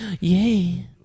yay